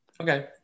Okay